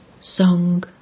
Song